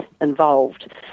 involved